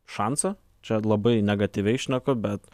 šansą čia labai negatyviai šneku bet